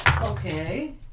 Okay